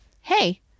hey